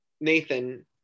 Nathan